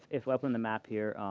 if we open the map here,